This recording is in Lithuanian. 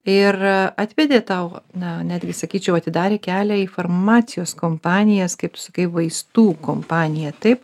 ir atvedė tau na netgi sakyčiau atidarė kelią į farmacijos kompanijas kaip sakai vaistų kompanija taip